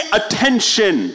attention